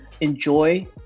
enjoy